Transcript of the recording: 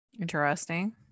interesting